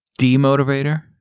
demotivator